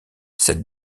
cette